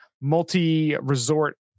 multi-resort